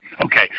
Okay